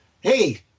hey